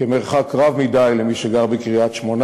כמרחק רב מדי למי שגר בקריית-שמונה,